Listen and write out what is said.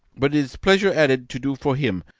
but it is pleasure added to do for him,